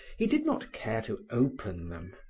he did not care to open them,